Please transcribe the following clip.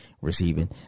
receiving